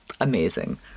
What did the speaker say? amazing